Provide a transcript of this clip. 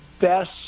best